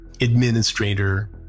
administrator